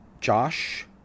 Josh